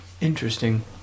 Interesting